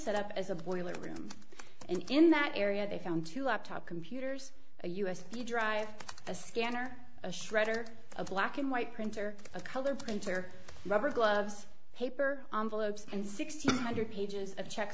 set up as a boiler room and in that area they found two laptop computers a u s b drive a scanner a shredder a black and white printer a color printer rubber gloves paper and sixteen hundred pages of check